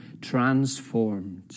transformed